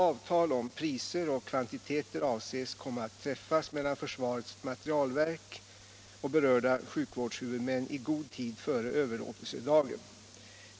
Avtal om priser och kvantiteter avses komma att träffas mellan försvarets materielverk och berörda sjukvårdshuvudmän i god tid före överlåtelsedagen.